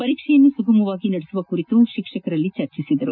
ಪರೀಕ್ಷೆಯನ್ನು ಸುಗಮವಾಗಿ ನಡೆಸುವ ಕುರಿತು ಶಿಕ್ಷಕರಲ್ಲಿ ಚರ್ಚಿಸಿದರು